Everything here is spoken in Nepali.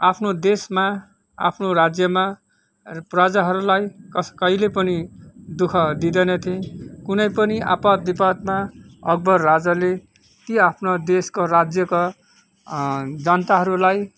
आफ्नो देशमा आफ्नो राज्यमा प्रजाहरूलाई कस् कहिले पनि दुःख दिँदैनथे कुनै पनि आपद विपदमा अकबर राजाले ती आफ्ना देशको राज्यका जनताहरूलाई